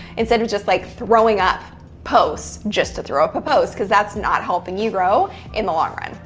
instead of just like throwing up posts, just to throw up a post. because that's not helping you grow in the long run.